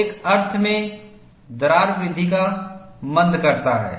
तो एक अर्थ में दरार वृद्धि को मंद करता है